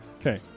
Okay